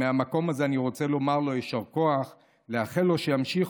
מהמקום הזה אני רוצה לומר לו יישר כוח ולאחל לו שימשיך